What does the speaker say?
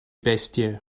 bestie